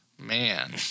man